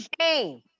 shame